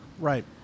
right